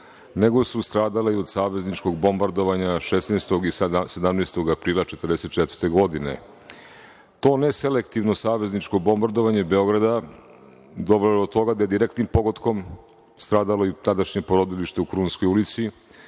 nego su stradale i od savezničkog bombardovanja 16. i 17. aprila 1944. godine. To ne selektivno, savezničko bombardovanje Beograda dovelo je do toga da je direktnim pogotkom stradalo i tadašnje porodilište u Krunskoj ulici,